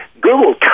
Google